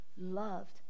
loved